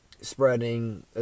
spreading